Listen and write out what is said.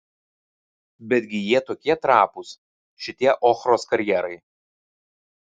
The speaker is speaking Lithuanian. betgi jie tokie trapūs šitie ochros karjerai